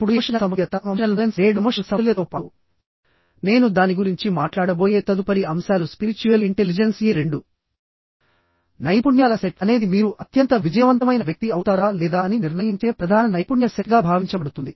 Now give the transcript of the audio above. ఇప్పుడు ఎమోషనల్ సమతుల్యత నేడు ఎమోషనల్ సమతుల్యతతో పాటునేను దాని గురించి మాట్లాడబోయే తదుపరి అంశాలు స్పిరిచ్యుయల్ ఇంటెలిజెన్స్ ఈ రెండునైపుణ్యాల సెట్ అనేది మీరు అత్యంత విజయవంతమైన వ్యక్తి అవుతారా లేదా అని నిర్ణయించే ప్రధాన నైపుణ్య సెట్ గా భావించబడుతుంది